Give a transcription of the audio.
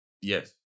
Yes